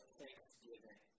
Thanksgiving